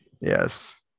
Yes